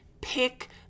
pick